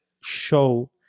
show